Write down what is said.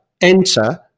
enter